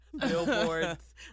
Billboards